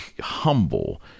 humble